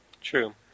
true